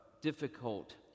difficult